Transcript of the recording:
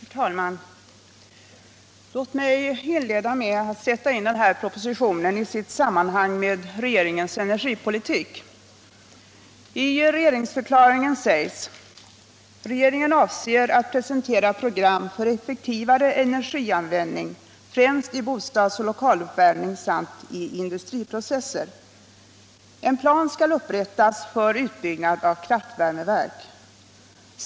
Herr talman! Låt mig inleda med att sätta in den här propositionen i sitt sammanhang med regeringens energipolitik. ”Regeringen avser att presentera program för effektivare energianvändning främst i bostadsoch lokaluppvärmning samt i industriprocesser. En plan skall upprättas för utbyggnad av kraftvärmeverk.